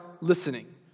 listening